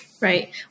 Right